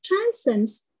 transcends